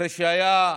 אחרי שהיה